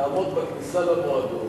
תעמוד בכניסה למועדון,